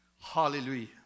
Hallelujah